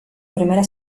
primera